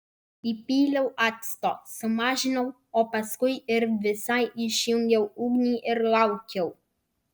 įpyliau acto sumažinau o paskui ir visai išjungiau ugnį ir laukiau